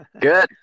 Good